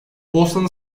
bosnalı